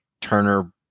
Turner